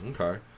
Okay